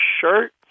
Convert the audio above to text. shirt